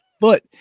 foot